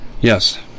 Yes